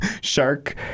Shark